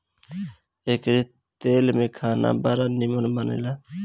एकरी तेल में खाना बड़ा निमन बनेला